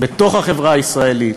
בתוך החברה הישראלית,